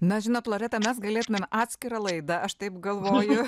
na žinot loreta mes galėtumėm atskirą laidą aš taip galvoju